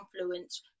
influence